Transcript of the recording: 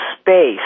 space